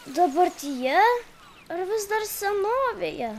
dabartyje ar vis dar senovėje